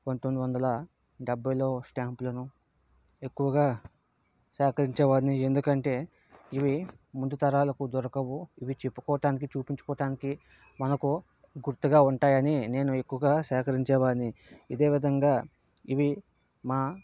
పందొమ్మిది వందల డెబ్బైలో స్టాంప్లను ఎక్కువగా సేకరించే వాడిని ఎందుకంటే ఇవి ముందు తరాలకు దొరకవు ఇవి చెప్పుకోవటానికి చూపించుకోవటానికి మనకు గుర్తుగా ఉంటాయని నేను ఎక్కువగా సేకరించే వాడిని ఇదేవిధంగా ఇవి మా